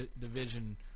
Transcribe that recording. Division